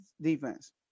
defense